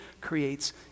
creates